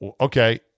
okay